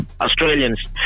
Australians